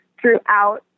throughout